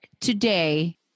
today